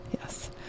yes